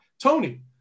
Tony